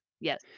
Yes